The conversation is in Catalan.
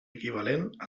equivalent